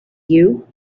you